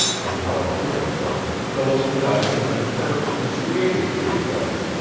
and how apparent it was that phyllis and i had been purposely created for each other.